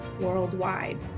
worldwide